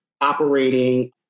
operating